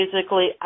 physically